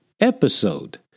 episode